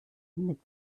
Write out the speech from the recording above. mit